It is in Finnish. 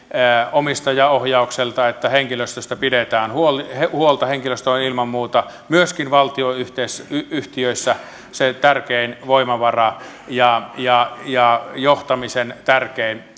omistajaohjaukselta että henkilöstöstä pidetään huolta huolta henkilöstö on ilman muuta myöskin valtionyhtiöissä se tärkein voimavara ja ja johtamisen tärkein